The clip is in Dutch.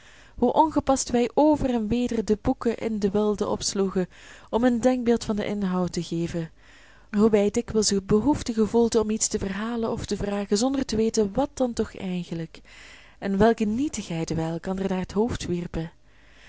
hoe ongepast wij over en weder de boeken in den wilde opsloegen om een denkbeeld van den inhoud te geven hoe wij dikwijls de behoefte gevoelden om iets te verhalen of te vragen zonder te weten wat dan toch eigenlijk en welke nietigheden wij elkander naar t hoofd wierpen